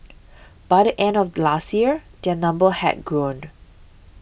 by the end of last year their number had grown